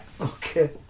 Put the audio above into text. okay